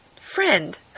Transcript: friend